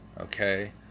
okay